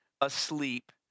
asleep